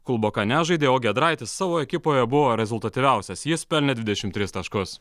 kulboka nežaidė o giedraitis savo ekipoje buvo rezultatyviausias jis pelnė dvidešimt trys taškus